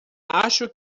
acho